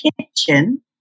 kitchen